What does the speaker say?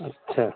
اچھا